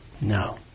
No